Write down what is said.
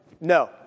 no